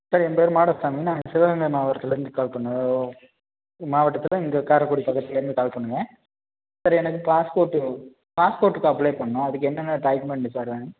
sir எம் பேர் மாடசாமி நான் சிவகங்கை மாவட்டத்தில் இருந்து கால் மாவட்டத்தில் இங்கே காரைக்குடி பக்கத்தில் இருந்து கால் பண்ணுறேன் சார் எனக்கு பாஸ்போட்டு பாஸ்போட்டுக்கு அப்ளை பண்ணணும் அதுக்கு என்னென்ன டாக்குமெண்டு சார் வேணும்